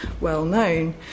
well-known